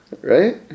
right